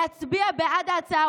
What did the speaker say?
להצביע בעד ההצעה,